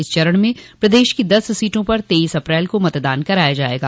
इस चरण में प्रदेश की दस सीटों पर तेईस अप्रैल को मतदान कराया जायेगा